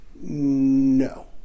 No